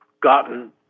gotten